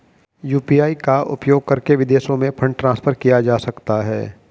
UPI का उपयोग करके विदेशों में फंड ट्रांसफर किया जा सकता है?